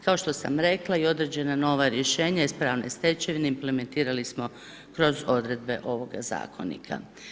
Kao što sam rekla i određena nova rješenja iz pravne stečevine implementirali smo kroz odredbe ovoga zakonika.